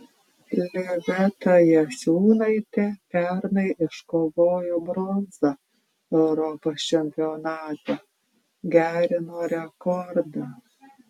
liveta jasiūnaitė pernai iškovojo bronzą europos čempionate gerino rekordą